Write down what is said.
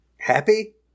Happy